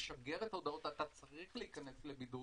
משגרת הודעות: אתה צריך להיכנס לבידוד